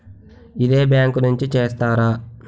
ఇదే బ్యాంక్ నుంచి చేస్తారా?